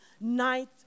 night